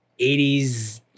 80s